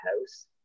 house